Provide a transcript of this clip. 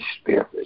spirit